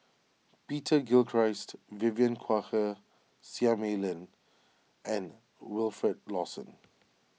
Peter Gilchrist Vivien Quahe Seah Mei Lin and Wilfed Lawson